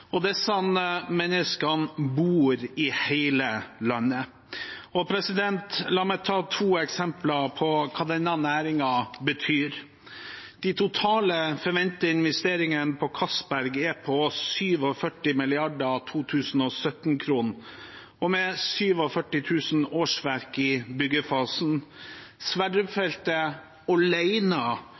og disse menneskene bor i hele landet. La meg ta to eksempler på hva denne næringen betyr. De totale forventede investeringene på Johan Castberg er på 47 mrd. kr i 2017-kroner, og med 47 000 årsverk i byggefasen.